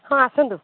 ହଁ ଆସନ୍ତୁ